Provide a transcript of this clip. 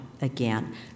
again